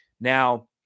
Now